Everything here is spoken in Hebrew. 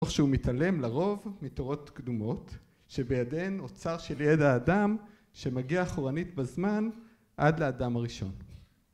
או שהוא מתעלם לרוב מתורות קדומות שבידיהן אוצר של ידע אדם שמגיע אחרונית בזמן עד לאדם הראשון